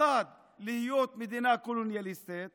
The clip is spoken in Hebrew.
אחת היא להיות מדינה קולוניאליסטית,